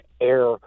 air